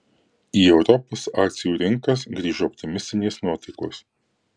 į europos akcijų rinkas grįžo optimistinės nuotaikos